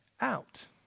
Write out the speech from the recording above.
out